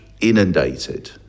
inundated